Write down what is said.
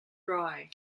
dry